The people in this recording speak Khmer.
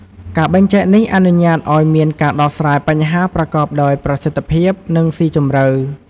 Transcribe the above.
ការបែងចែកនេះអនុញ្ញាតឱ្យមានការដោះស្រាយបញ្ហាប្រកបដោយប្រសិទ្ធភាព និងស៊ីជម្រៅ។